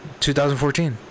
2014